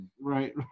Right